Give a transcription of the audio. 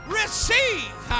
receive